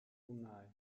brunei